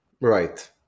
Right